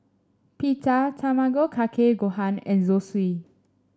Pita Tamago Kake Gohan and Zosui